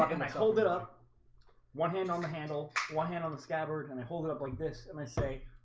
and ice hold it up one hand on the handle one hand on the scabbard and i hold it up like this and i say